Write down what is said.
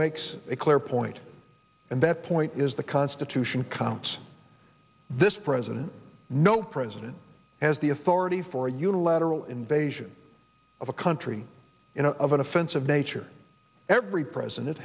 makes a clear point and that point is the constitution counts this president no president has the authority for a unilateral invasion of a country in a of an offensive nature every president